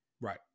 Right